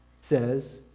says